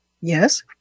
yes